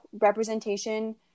representation